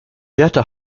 berta